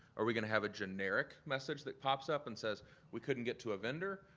are we gonna have a generic message that pops up and says we couldn't get to a vendor,